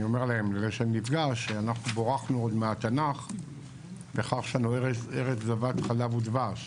אנחנו בורכנו עוד מהתנ"ך בכך שיש לנו ארץ זבת חלב ודבש,